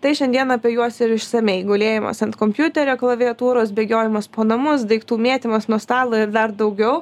tai šiandien apie juos ir išsamiai gulėjimas ant kompiuterio klaviatūros bėgiojimas po namus daiktų mėtymas nuo stalo ir dar daugiau